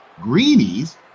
greenies